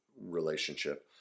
relationship